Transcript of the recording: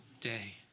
day